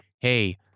Hey